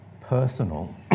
personal